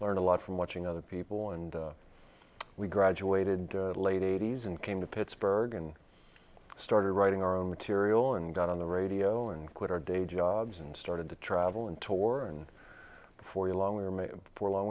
learned a lot from watching other people and we graduated late eighty's and came to pittsburgh and started writing our own material and got on the radio and quit our day jobs and started to travel and tauren for a long